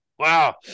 Wow